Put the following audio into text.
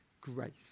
grace